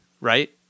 right